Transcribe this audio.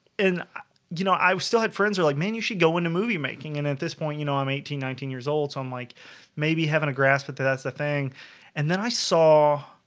and you know i still had friends are like man you should go into moviemaking and at this point, you know i'm eighteen nineteen years old. so i'm like maybe having a grasp but that's the thing and then i saw